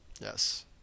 yes